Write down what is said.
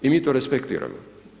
I mi to respektiramo.